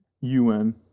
u-n